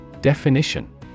Definition